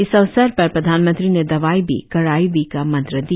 इस अवसर पर प्रधानमंत्री ने दवाई भी कड़ाई भी का मंत्र दिया